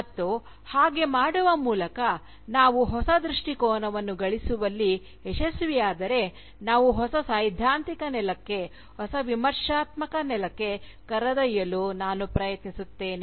ಮತ್ತು ಹಾಗೆ ಮಾಡುವ ಮೂಲಕ ನಾವು ಹೊಸ ದೃಷ್ಟಿಕೋನವನ್ನು ಗಳಿಸುವಲ್ಲಿ ಯಶಸ್ವಿಯಾದರೆ ನಾವು ಹೊಸ ಸೈದ್ಧಾಂತಿಕ ನೆಲಕ್ಕೆ ಹೊಸ ವಿಮರ್ಶಾತ್ಮಕ ನೆಲಕ್ಕೆ ಕರೆದೊಯ್ಯಲು ನಾನು ಪ್ರಯತ್ನಿಸುತ್ತೇನೆ ಮತ್ತು ಕಂಡುಹಿಡಿಯುತ್ತೇನೆ